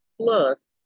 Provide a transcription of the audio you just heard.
plus